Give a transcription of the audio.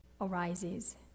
arises